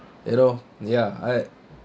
you know ya I